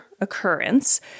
occurrence